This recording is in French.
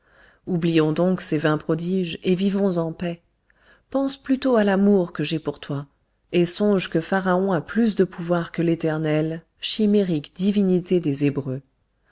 oublions donc ces vains prodiges et vivons en paix pense plutôt à l'amour que j'ai pour toi et songe que pharaon a plus de pouvoir que l'éternel chimérique divinité des hébreux